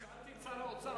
שאלתי את שר האוצר,